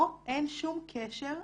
פה אין שום קשר לילד.